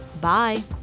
Bye